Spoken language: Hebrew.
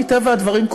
מטבע הדברים,